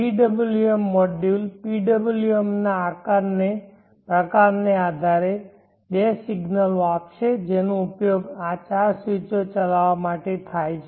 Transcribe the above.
PWM module PWM ના પ્રકારને આધારે બે સિગ્નલો આપશે જેનો ઉપયોગ આ ચાર સ્વીચો ચલાવવા માટે થશે